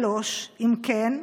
3. אם כן,